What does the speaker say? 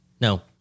No